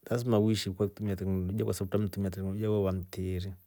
Lasma uishi kwa itumia tekinolojia kwasababu utametrumia tekinologia wewaa mtiiri.